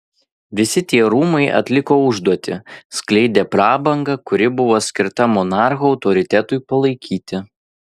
visi tie rūmai atliko užduotį skleidė prabangą kuri buvo skirta monarcho autoritetui palaikyti